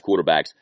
quarterbacks